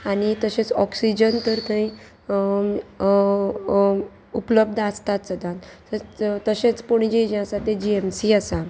आनी तशेंच ऑक्सिजन तर थंय उपलब्ध आसतात सदांच तशेंच पणजे जें आसा तें जी एम सी आसा